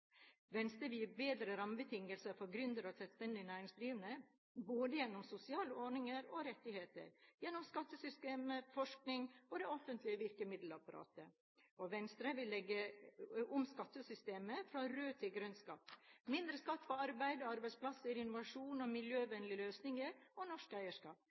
Venstre vil gi bedre rammebetingelser for gründere og selvstendig næringsdrivende gjennom både sosiale ordninger og rettigheter, gjennom skattesystemet, forskning og det offentlige virkemiddelapparatet. Venstre vil legge om skattesystemet fra «rød» til «grønn» skatt: mindre skatt på arbeid, arbeidsplasser, innovasjon, miljøvennlige løsninger og norsk eierskap